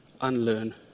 unlearn